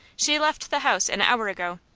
she left the house an hour ago.